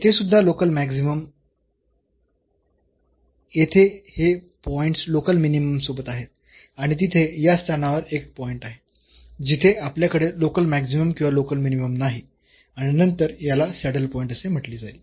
येथे सुद्धा local maximum येथे हे पॉईंट्स लोकल मिनिमम सोबत आहेत आणि तिथे या स्थानावर एक पॉईंट आहे जिथे आपल्याकडे लोकल मॅक्सिमम किंवा लोकल मिनिमम नाही आणि नंतर याला सॅडल पॉईंट असे म्हटले जाईल